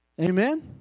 Amen